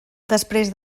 després